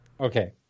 Okay